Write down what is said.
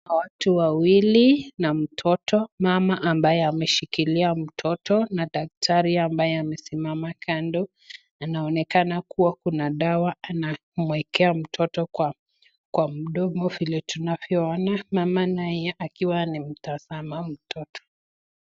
Kuna watu wawili na mtoto, mama ambaye ameshikilia mtoto na daktari ambaye amesimama kando. Anaonekana kuwa kuna dawa anamwekea mtoto kwa mdomo vile tunavyoona, mama naye akiwa anamtazama mtoto.